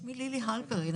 שמי לילי הלפרין.